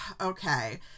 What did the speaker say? okay